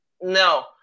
No